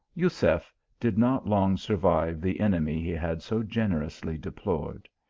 jusef did not long survive the enemy he had so generously deplored.